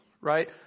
Right